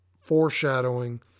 foreshadowing